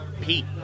Pete